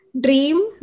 Dream